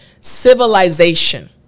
civilization